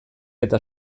eta